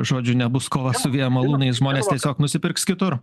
žodžiu nebus kova su vėjo malūnais žmonės tiesiog nusipirks kitur